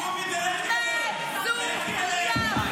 תעזבו את החטופים.